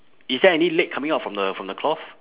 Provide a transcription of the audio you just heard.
is there any leg coming out from the from the cloth